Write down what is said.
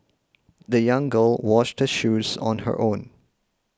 the young girl washed her shoes on her own